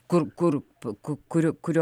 kur kurio kurio nors vaiko namuose